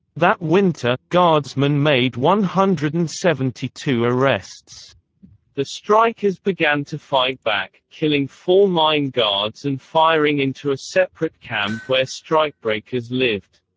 that winter, guardsmen made one hundred and seventy two arrests the strikers began to fight back, killing four mine guards and firing into a separate camp where strikebreakers lived.